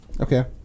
Okay